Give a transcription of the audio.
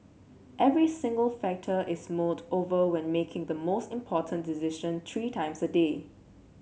every single factor is mulled over when making the most important decision three times a day